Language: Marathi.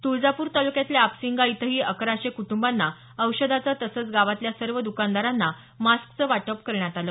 तुळजापूर तालुक्यातल्या अपसिंगा इथंही अकराशे कुटुंबांना औषधाचं तसंच गावातल्या सर्व दुकानदारांना मास्कचं वाटप करण्यात आलं